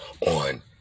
on